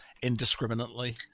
indiscriminately